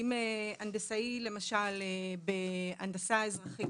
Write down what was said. אם הנדסאי למשל בהנדסה אזרחית